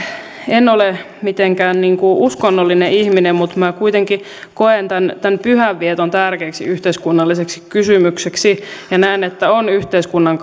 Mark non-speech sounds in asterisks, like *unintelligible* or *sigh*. en ole mitenkään uskonnollinen ihminen mutta kuitenkin koen tämän pyhän vieton tärkeäksi yhteiskunnalliseksi kysymykseksi ja näen että on yhteiskunnan *unintelligible*